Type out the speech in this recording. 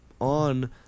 on